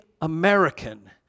American